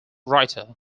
writer